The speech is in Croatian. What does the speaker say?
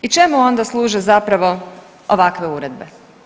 I čemu onda služe zapravo ovakve uredbe?